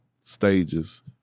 stages